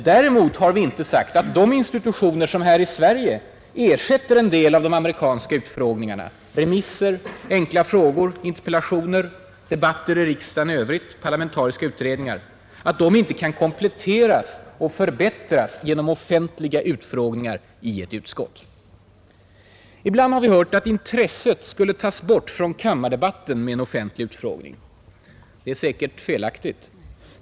Däremot har vi inte sagt att de institutioner som här i Sverige ersätter en del av de amerikanska utfrågningarna — remisser, enkla frågor, interpellationer, debatter i riksdagen i övrigt, parlamentariska utredningar — kan kompletteras och förbättras genom offentliga utfrågningar i ett utskott. Ibland har vi hört att intresset skulle tas bort från kammardebatten med en offentlig utfrågning. Det är säkert felaktigt.